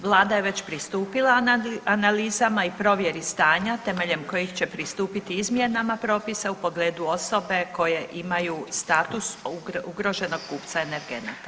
Vlada je već pristupila na analizama i provjeri stanja temeljem kojih će pristupiti izmjenama propisa u pogledu osobe koje imaju status ugroženog kupca energenata.